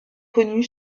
connue